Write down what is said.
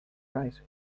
right